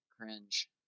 cringe